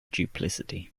duplicity